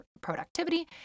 productivity